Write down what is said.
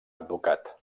advocat